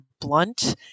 blunt